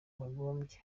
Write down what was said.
bagombye